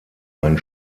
ein